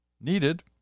needed